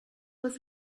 was